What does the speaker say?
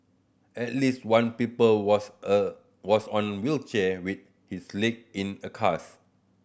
at least one people was a was on wheelchair with his leg in a cast